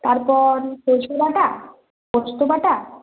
তারপর রসুন বাটা পোস্ত বাটা